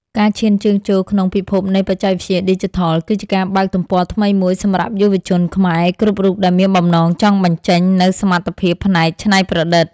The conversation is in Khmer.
ការឈានជើងចូលក្នុងពិភពនៃបច្ចេកវិទ្យាឌីជីថលគឺជាការបើកទំព័រថ្មីមួយសម្រាប់យុវជនខ្មែរគ្រប់រូបដែលមានបំណងចង់បញ្ចេញនូវសមត្ថភាពផ្នែកច្នៃប្រឌិត។